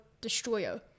Destroyer